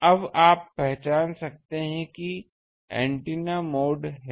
तो अब आप पहचान सकते हैं कि यह एंटीना मोड है